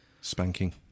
Spanking